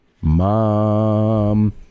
MOM